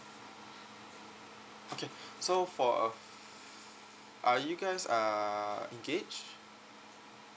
okay so for a are you guys uh engaged